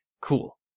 Cool